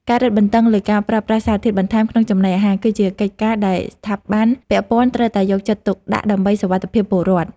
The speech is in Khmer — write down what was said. ការរឹតបន្តឹងលើការប្រើប្រាស់សារធាតុបន្ថែមក្នុងចំណីអាហារ គឺជាកិច្ចការដែលស្ថាប័នពាក់ព័ន្ធត្រូវតែយកចិត្តទុកដាក់ដើម្បីសុវត្ថិភាពពលរដ្ឋ។